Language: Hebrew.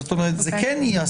זאת אומרת, זה כן ייעשה.